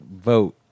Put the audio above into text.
vote